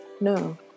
no